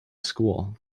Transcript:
school